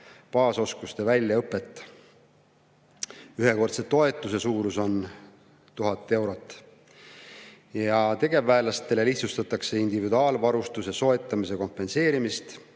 baasoskuste väljaõpet. Ühekordse toetuse suurus on 1000 eurot. Tegevväelastele lihtsustatakse individuaalvarustuse soetamise kompenseerimist.